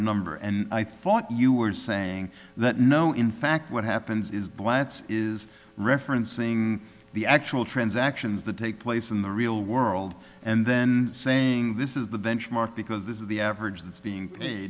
number and i thought you were saying that no in fact what happens is blatz is referencing the actual transactions that take place in the real world and then saying this is the benchmark because this is the average that's being paid